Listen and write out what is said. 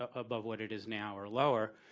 ah but what it is now or lower.